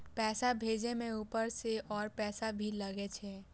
पैसा भेजे में ऊपर से और पैसा भी लगे छै?